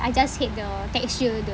I just hate the texture the